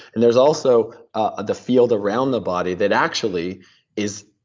and there's also ah the field around the body that actually is,